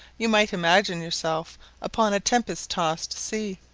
you might imagine yourself upon a tempest-tossed sea.